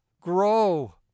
grow